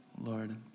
Lord